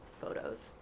photos